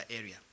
area